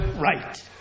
right